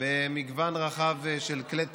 במגוון רחב של כלי תקשורת,